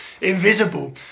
invisible